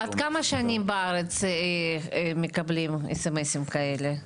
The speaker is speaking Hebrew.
עד כמה שנים בארץ מקבלים SMS כאלה?